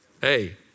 Hey